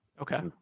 Okay